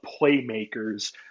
playmakers